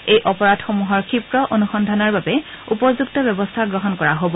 এই অপৰাধসমূহৰ ক্ষীপ্ৰ অনুসন্ধানৰ বাবেও উপযুক্ত ব্যৱস্থা গ্ৰহণ কৰা হব